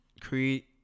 create